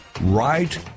Right